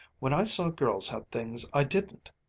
when i saw girls have things i didn't.